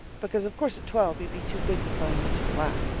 because of course at twelve he'd be too big to climb into your lap.